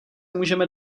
můžeme